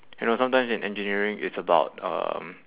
you know sometimes in engineering it's about um